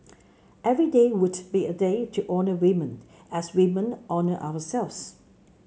every day would be a day to honour women and as women honour ourselves